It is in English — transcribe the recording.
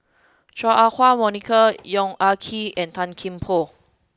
Chua Ah Huwa Monica Yong Ah Kee and Tan Kian Por